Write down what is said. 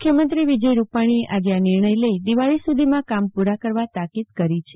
મુખ્યમંત્રી વિજય રૂપાણીએ આજે નિર્ણય લઇ દિવાળી સુધીમાં કામ પુરા કરવા તાકીદ કરી છે